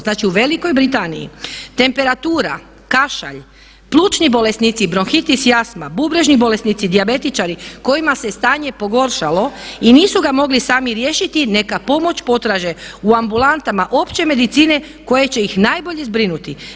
Znači u Velikoj Britaniji temperatura, kašalj, plućni bolesnici i bronhitis i astma, bubrežni bolesnici, dijabetičari kojima se stanje pogoršalo i nisu ga mogli sami riješiti neka pomoć potraže u ambulantama opće medicine koje će ih najbolje zbrinuti.